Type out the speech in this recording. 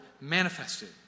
manifested